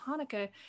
hanukkah